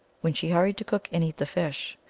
when she hurried to cook and eat the fish.